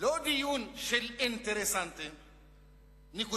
לא דיון של אינטרסנטים נקודתיים,